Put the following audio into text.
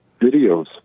videos